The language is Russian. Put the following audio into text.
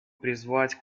призвать